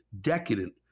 decadent